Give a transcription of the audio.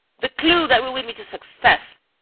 the clue that will lead me to success.